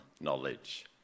knowledge